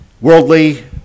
worldly